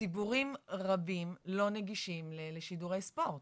ציבורים רבים לא נגישים לשידורי ספורט